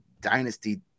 dynasty –